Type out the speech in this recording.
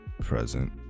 present